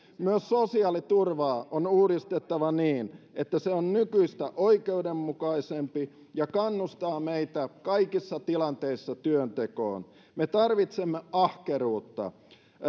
myös sosiaaliturvaa on uudistettava niin että se on nykyistä oikeudenmukaisempi ja kannustaa meitä kaikissa tilanteissa työntekoon me tarvitsemme ahkeruutta